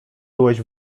byłeś